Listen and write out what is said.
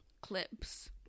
clips